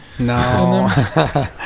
No